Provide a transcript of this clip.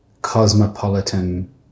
cosmopolitan